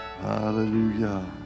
Hallelujah